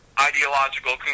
ideological